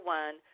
one